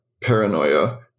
paranoia